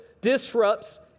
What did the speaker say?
disrupts